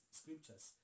scriptures